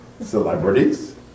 Celebrities